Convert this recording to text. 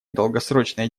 долгосрочной